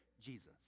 jesus